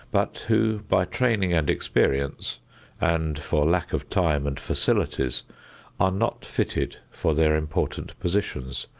but who by training and experience and for lack of time and facilities are not fitted for their important positions.